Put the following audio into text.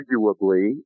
arguably